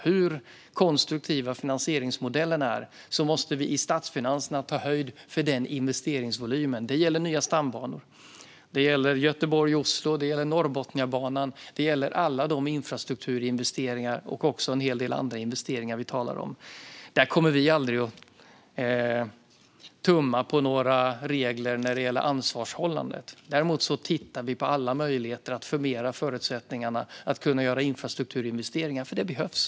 Hur konstruktiva finansieringsmodellerna än är måste vi i statsfinanserna ta höjd för den investeringsvolymen. Det gäller nya stambanor, det gäller Göteborg-Oslo, det gäller Norrbotniabanan, det gäller alla de infrastrukturinvesteringar och också en hel del andra investeringar vi talar om. Vi kommer aldrig att tumma på några regler när det gäller ansvarshållandet. Däremot tittar vi på alla möjligheter att förmera förutsättningarna att kunna göra infrastrukturinvesteringar, för det behövs.